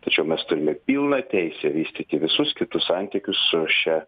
tačiau mes turime pilną teisę vystyti visus kitus santykius su šia